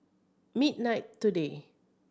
midnight today